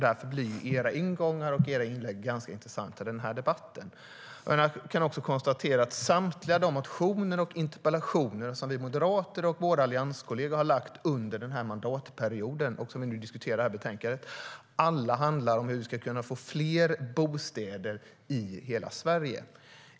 Därför blir era ingångar och era inlägg ganska intressanta i debatten. Jag kan också konstatera att samtliga de motioner och interpellationer som vi moderater och våra allianskolleger har lagt fram under denna mandatperiod, och som vi diskuterar i betänkandet, handlar om hur vi ska kunna få fler bostäder i hela Sverige.